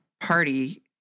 party